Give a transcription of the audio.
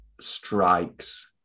strikes